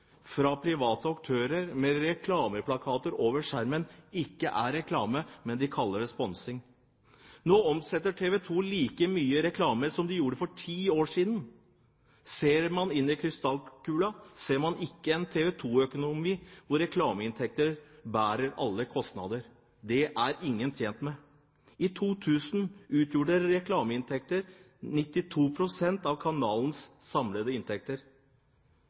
fra private aktører med reklameplakater over skjermen ikke er reklame. De kaller det sponsing. Nå omsetter TV 2 like mye reklame som de gjorde for ti år siden. Ser man inn i krystallkulen, ser man ikke en TV 2-økonomi hvor reklameinntekter bærer alle kostnader. Det er ingen tjent med. I 2000 utgjorde reklameinntekter 92 pst. av kanalens samlede inntekter.